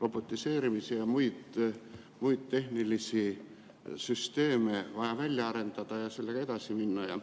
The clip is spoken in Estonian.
robotiseerimise ja muid tehnilisi süsteeme vaja välja arendada ja sellega edasi minna.